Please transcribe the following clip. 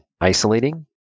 isolating